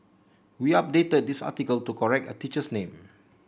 we updated this article to correct a teacher's name